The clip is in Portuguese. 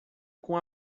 com